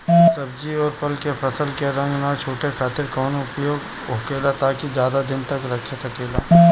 सब्जी और फल के फसल के रंग न छुटे खातिर काउन उपाय होखेला ताकि ज्यादा दिन तक रख सकिले?